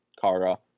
Kara